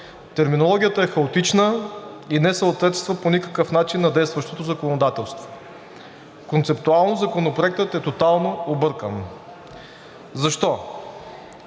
Терминологията е хаотична и не съответства по никакъв начин на действащото законодателство. Концептуално Законопроектът е тотално объркан. Защо?